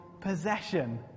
possession